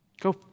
Go